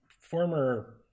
former